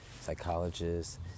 psychologists